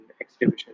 exhibition